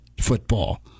football